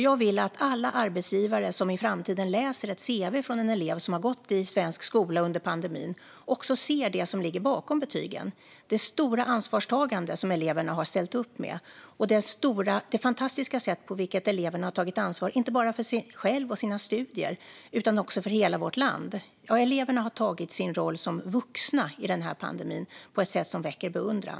Jag vill att alla arbetsgivare som i framtiden läser ett cv från en elev som gått i svensk skola under pandemin också ser det som ligger bakom betygen: det stora ansvarstagande som eleverna har ställt upp med och det fantastiska sätt på vilket eleverna tagit ansvar inte bara för sig själva och sina studier utan också för hela vårt land. Eleverna har tagit sin roll som vuxna i pandemin på ett sätt som väcker beundran.